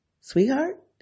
sweetheart